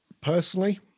personally